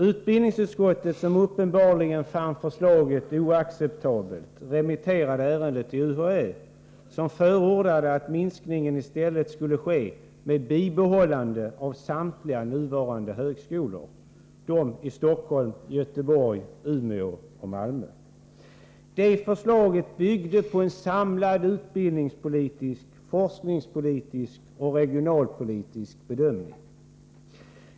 Utbildningsutskottet, som uppenbarligen fann förslaget oacceptabelt, remitterade ärendet till UHÄ, som förordade att minskningen i stället skulle ske med bibehållande av samtliga nuvarande högskolor, dvs. högskolorna i Stockholm, Göteborg, Umeå och Malmö. UHÄ:s förslag byggde på en samlad utbildningspolitisk, forskningspolitisk och regionalpolitisk bedömning.